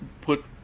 put